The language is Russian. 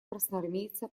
красноармейца